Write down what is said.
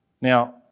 Now